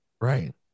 right